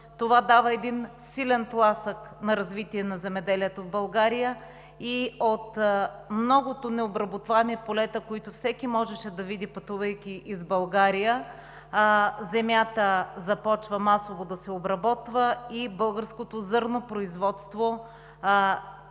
дохода дава силен тласък на земеделието в България и от многото необработваеми полета, които всеки можеше да види, пътувайки из България, земята започва масово да се обработва. Българското зърнопроизводство